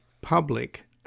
public